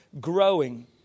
growing